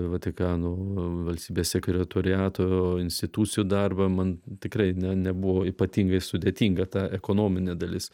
vatikano valstybės sekretoriato institucijų darbą man tikrai ne nebuvo ypatingai sudėtinga ta ekonominė dalis